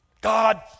God